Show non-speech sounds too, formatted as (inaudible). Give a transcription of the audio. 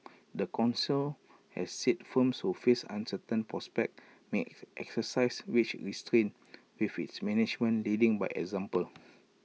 the Council have said firms who face uncertain prospects may (unintelligible) exercise wage restraint with its management leading by example